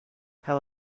hell